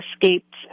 escaped